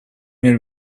мир